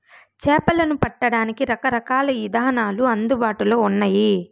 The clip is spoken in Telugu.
చేపలను పట్టడానికి రకరకాల ఇదానాలు అందుబాటులో ఉన్నయి